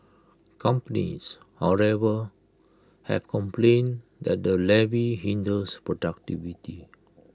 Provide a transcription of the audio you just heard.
companies however have complained that the levy hinders productivity